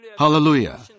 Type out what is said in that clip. Hallelujah